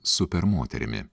super moterimi